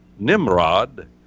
Nimrod